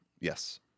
yes